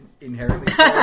inherently